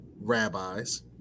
rabbis